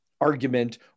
argument